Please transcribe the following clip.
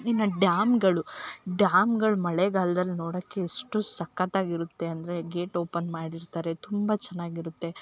ಇನ್ನು ಡ್ಯಾಮ್ಗಳು ಡ್ಯಾಮ್ಗಳು ಮಳೆಗಾಲ್ದಲ್ಲಿ ನೋಡೋಕ್ ಎಷ್ಟು ಸಕತ್ ಆಗಿರುತ್ತೆ ಅಂದರೆ ಗೇಟ್ ಓಪನ್ ಮಾಡಿರ್ತಾರೆ ತುಂಬ ಚೆನ್ನಾಗಿರುತ್ತೆ